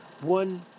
one